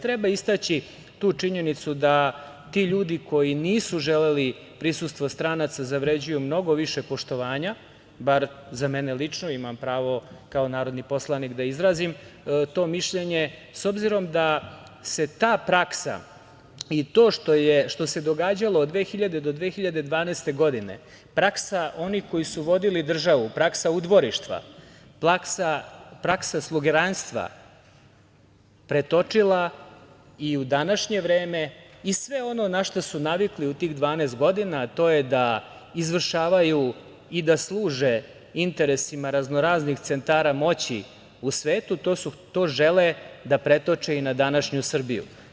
Treba istaći tu činjenicu da ti ljudi koji nisu želeli prisustvo stranaca zavređuju mnogo više poštovanja, bar za mene lično, imam pravo kao narodni poslanik da izrazim to mišljenje, s obzirom da se ta praksa i to što se događalo od 2000. do 2012. godine, praksa onih koji su vodili državu, praksa udvorištva, praksa slugeranstva, pretočila i u današnje vreme i sve ono na šta su navikli u tih 12 godina, a to je da izvršavaju i da služe interesima raznoraznih centara moći u svetu, to žele da pretoče i na današnju Srbiju.